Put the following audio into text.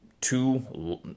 two